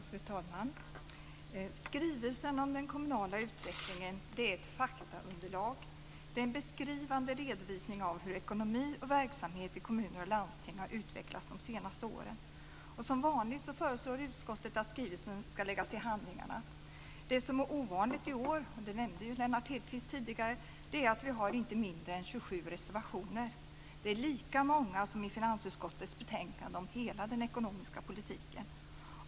Fru talman! Skrivelsen om den kommunala utvecklingen är ett faktaunderlag, en beskrivande redovisning av hur ekonomi och verksamhet i kommuner och landsting har utvecklats de senaste åren. Som vanligt föreslår utskottet att skrivelsen ska läggas till handlingarna. Det som är ovanligt i år - och det nämnde Lennart Hedquist tidigare - är att vi har inte mindre än 27 reservationer. Det är lika många som i finansutskottets betänkande om hela den ekonomiska politiken.